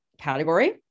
category